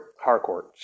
Harcourt